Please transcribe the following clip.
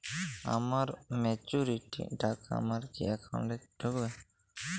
আমার ম্যাচুরিটির টাকা আমার কি অ্যাকাউন্ট এই ঢুকবে?